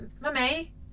Mummy